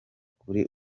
kuri